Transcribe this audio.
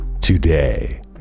today